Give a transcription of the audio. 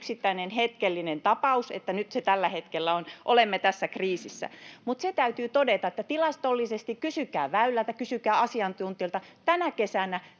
yksittäinen hetkellinen tapaus, että nyt tällä hetkellä olemme tässä kriisissä. Mutta se täytyy todeta, että tilastollisesti — kysykää Väylältä, kysykää asiantuntijoilta